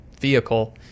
vehicle